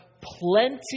plenty